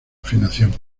afinación